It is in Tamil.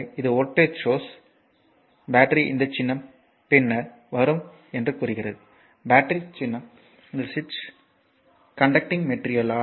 எனவே இது ஒரு வோல்ட்டேஜ் சோர்ஸ் ஆகும் இது பேட்டரி இந்த சின்னம் பின்னர் வரும் என்று கூறுகிறது பேட்டரி சின்னம் பின்னர் வரும் இது சுவிட்ச் மற்றும் இது கண்டக்டிங் மெடீரியல்